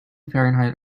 fahrenheit